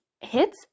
hits